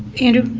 andrew?